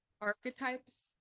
archetypes